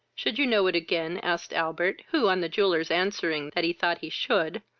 should you know it again? asked albert who, on the jeweller's answering that he thought he should,